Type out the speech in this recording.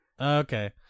Okay